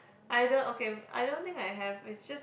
I don't okay I don't think I have it's just